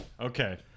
Okay